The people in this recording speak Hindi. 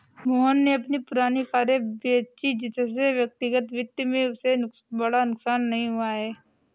मोहन ने अपनी पुरानी कारें बेची जिससे व्यक्तिगत वित्त में उसे बड़ा नुकसान नहीं हुआ है